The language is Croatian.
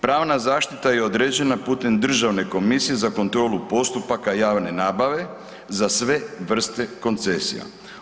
Pravna zaštita je određena putem Državne komisije za kontrolu postupaka javne nabave, za sve vrste koncesija.